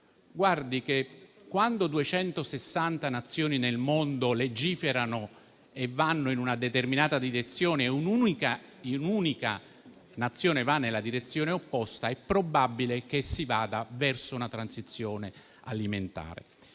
Caro: quando 260 Nazioni nel mondo legiferano andando in una determinata direzione e un'unica Nazione va nella direzione opposta, è probabile che si vada verso una transizione alimentare.